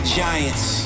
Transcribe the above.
giants